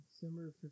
December